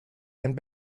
and